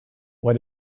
why